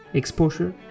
exposure